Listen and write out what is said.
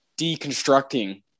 deconstructing